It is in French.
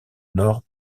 nord